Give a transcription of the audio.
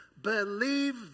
Believe